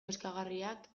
kezkagarriak